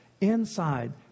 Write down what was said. inside